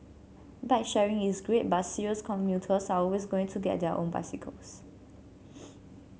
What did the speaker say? bike sharing is great but serious commuters are always going to get their own bicycles